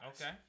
Okay